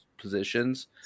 positions